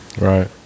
Right